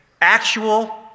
Actual